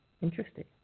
Interesting